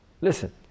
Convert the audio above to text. Listen